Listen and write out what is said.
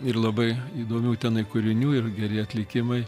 ir labai įdomių tenai kūrinių ir geri atlikimai